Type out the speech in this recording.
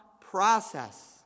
process